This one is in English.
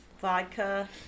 vodka